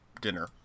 dinner